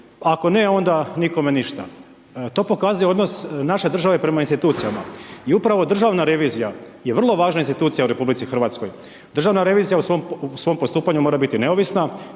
ako ne onda nikome ništa. To pokazuje odnos naše države prema institucijama. I upravo državna revizija je vrlo važna institucija u RH, državna revizija u svom postupanju mora biti neovisna